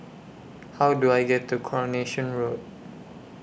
How Do I get to Coronation Road